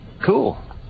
Cool